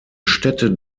städte